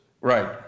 Right